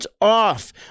off